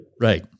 Right